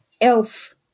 elf